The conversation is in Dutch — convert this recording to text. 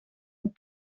het